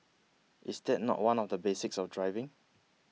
is that not one of the basics of driving